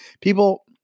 people